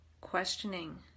questioning